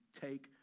take